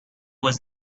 was